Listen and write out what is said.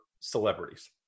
celebrities